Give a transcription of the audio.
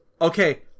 okay